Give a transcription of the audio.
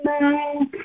no